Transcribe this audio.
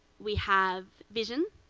we have vision,